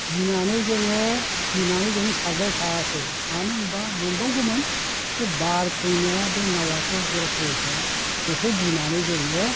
गिनानै जोङो गिनानै जोङो सारबाय थायाखै मानोहोमब्ला मोनबावगौमोन बे बार फैनाया बे नावआथ' बेलथायगोन बेखौ गिनानै जोङो